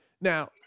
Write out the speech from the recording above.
Now